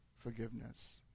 forgiveness